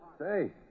Say